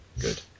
Good